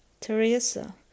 Teresa